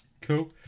Cool